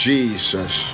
Jesus